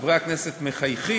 לפחות עד חמישה ימים,